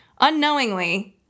unknowingly